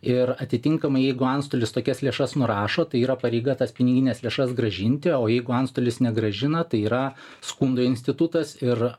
ir atitinkamai jeigu antstolis tokias lėšas nurašo tai yra pareiga tas pinigines lėšas grąžinti o jeigu antstolis negrąžina tai yra skundo institutas ir